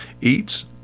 eats